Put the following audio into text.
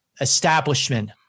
establishment